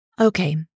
Okay